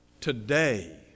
Today